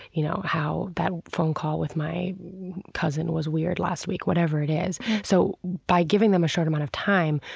you know, how that phone call with my cousin was weird last week, whatever it is so by giving them a short amount of time,